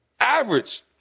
Average